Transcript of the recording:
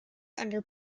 under